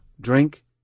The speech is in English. drink